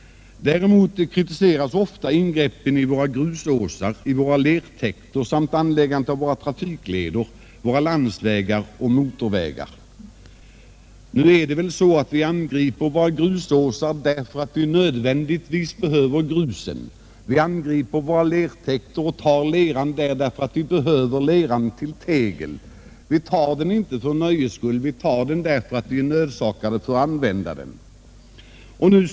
Däremot kritiseras ofta ingreppen i våra grusåsar, i våra lertäkter samt vid anläggandet av våra trafikleder, våra landsvägar och motorvägar. Vi angriper ju våra grusåsar, därför att vi behöver grus. Vi angriper våra lertäkter och tar lera därför att vi behöver lera till tegel. Vi tar inte grus eller lera för nöjes skull, utan vi gör det därför att vi är nödsakade att använda grus och lera.